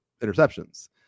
interceptions